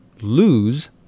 lose